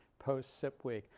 post sip week.